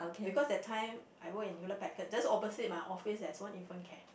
because that time I work in Hewlett-Packard just opposite my office there's one infant care